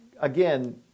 again